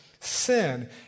sin